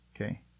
Okay